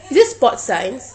is it sports science